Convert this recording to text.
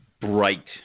bright